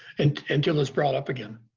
and until it's brought up again.